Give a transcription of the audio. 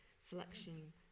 selection